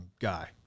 guy